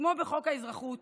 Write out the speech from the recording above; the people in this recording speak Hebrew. שכמו בחוק האזרחות,